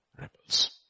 rebels